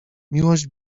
miłość